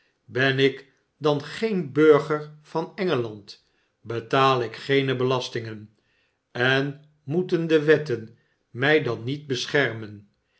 ben ik dan geen burger van engeland betaal ik geene belastingen en moeten de wetten mij dan niet beschermen